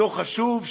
דוח חשוב,